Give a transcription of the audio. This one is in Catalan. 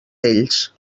ells